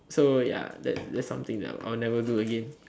so ya that's that's something that I'll never do again